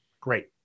Great